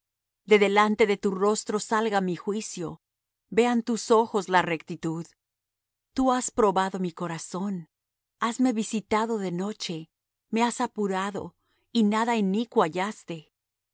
de delante de tu rostro salga mi juicio vean tus ojos la rectitud tú has probado mi corazón hasme visitado de noche me has apurado y nada inicuo hallaste